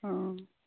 हॅं